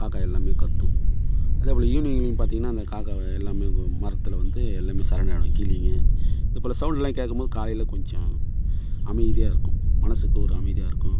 காக்கா எல்லாமே கத்தும் அதேபோல் ஈவினிங்களிலும் பார்த்தீங்கன்னா அந்த காக்கா எல்லாமே மரத்தில் வந்து எல்லாமே சரணடையும் கிளிங்கள் இது போல் சவுண்ட்டெல்லாம் கேட்கும் போது காலையில் கொஞ்சம் அமைதியாக இருக்கும் மனதுக்கு ஒரு அமைதியாக இருக்கும்